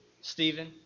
Stephen